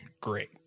great